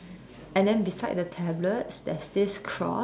and then beside the tablet there's this cross